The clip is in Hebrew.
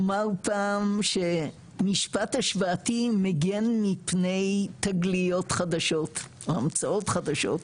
אמר פעם שמשפט השוואתי מגן מפני תגליות חדשות או המצאות חדשות,